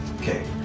okay